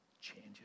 changes